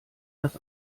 das